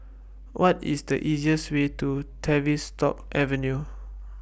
What IS The easiest Way to Tavistock Avenue